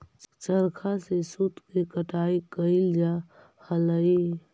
चरखा से सूत के कटाई कैइल जा हलई